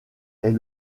est